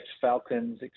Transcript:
Falcons